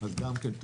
אז גם כן,